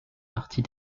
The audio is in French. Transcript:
partie